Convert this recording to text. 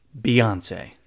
Beyonce